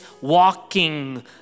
walking